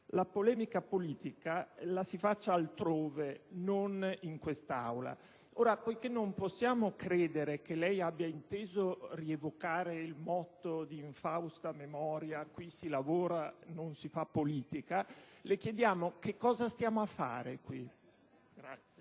«La polemica politica (...) la si faccia altrove, non in quest'Aula». Ora, poiché non possiamo credere che lei abbia inteso rievocare il motto di infausta memoria «qui si lavora, non si fa politica», le chiediamo: che cosa stiamo a fare qui?